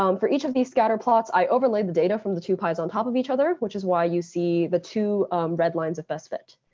um for each of these scatter plots, i overlaid the data from the two pi on top of each other, which is why you see the two red lines of best fit.